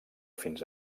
fins